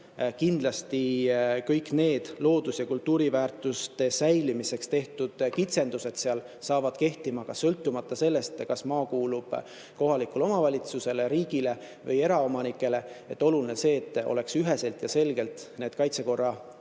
Kindlasti kõik loodus‑ ja kultuuriväärtuste säilimiseks tehtud kitsendused jäävad kehtima, sõltumata sellest, kas maa kuulub kohalikule omavalitsusele, riigile või eraomanikele. Oluline on, et oleks üheselt ja selgelt need kaitsekorra